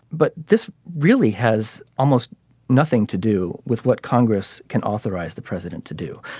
but this really has almost nothing to do with what congress can authorize the president to do.